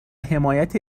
حمایت